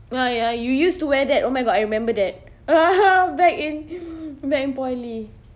ah ya you used to wear that oh my god I remember that ah ha back in back in poly